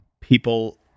people